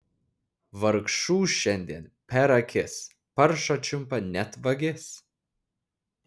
vargšų šiandien per akis paršą čiumpa net vagis